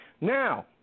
Now